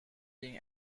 being